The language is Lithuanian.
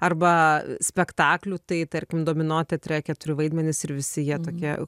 arba spektaklių tai tarkim domino teatre keturi vaidmenys ir visi jie tokie